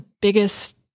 biggest